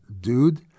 dude